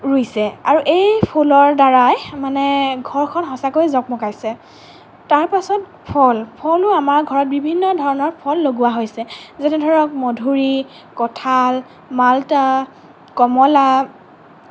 ৰুইছে আৰু এই ফুলৰ দ্বাৰাই মানে ঘৰখন সচাঁকৈ জকমকাইছে তাৰপাছত ফল ফলো আমাৰ ঘৰত বিভিন্ন ধৰণৰ ফল লগোৱা হৈছে যেনে ধৰক মধুৰি কঁঠাল মাল্টা কমলা